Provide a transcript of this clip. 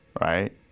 right